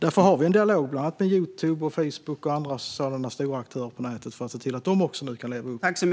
Därför har vi en dialog, bland annat med Youtube, Facebook och andra stora aktörer på nätet för att se till att de också kan leva upp till detta.